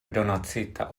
donacita